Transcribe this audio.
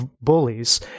bullies